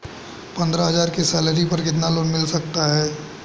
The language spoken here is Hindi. पंद्रह हज़ार की सैलरी पर कितना लोन मिल सकता है?